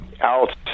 out